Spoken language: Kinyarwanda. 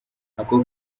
ako